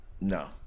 No